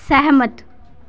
ਸਹਿਮਤ